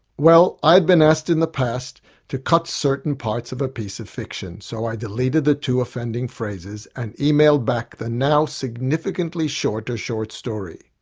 well, i had been asked in the past to cut certain parts of a piece of fiction, so i deleted the two offending phrases and emailed back the now significantly shorter short story.